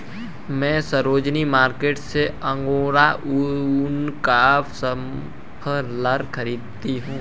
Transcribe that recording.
मैने सरोजिनी मार्केट से अंगोरा ऊन का मफलर खरीदा है